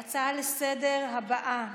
ההצעה לסדר-היום הבאה: